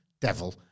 Devil